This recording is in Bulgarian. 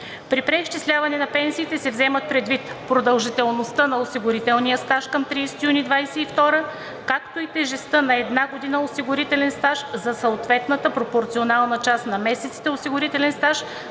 При преизчисляване на пенсиите се вземат предвид продължителността на осигурителния стаж към 30 юни 2022 г., както и тежестта на една година осигурителен стаж за съответната пропорционална част на месеците осигурителен стаж